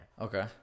Okay